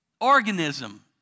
organism